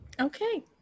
Okay